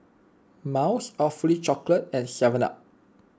Miles Awfully Chocolate and Seven Up